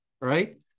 right